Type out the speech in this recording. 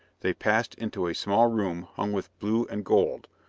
they passed into a small room hung with blue and gold,